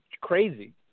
crazy